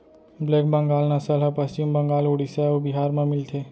black Bengal नसल ह पस्चिम बंगाल, उड़ीसा अउ बिहार म मिलथे